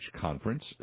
conference